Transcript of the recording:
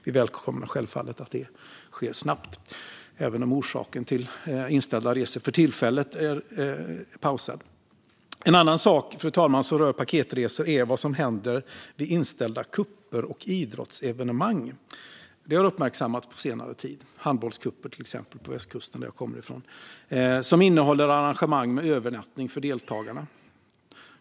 Vi välkomnar självfallet att det sker snabbt även om den orsaken till inställda resor för tillfället är pausad. Fru talman! En annan sak som rör paketresor är vad som händer vid inställda cuper och idrottsevenemang som innehåller arrangemang med övernattning för deltagarna. Detta har uppmärksammats på senare tid, till exempel handbollscuper på västkusten som jag kommer från.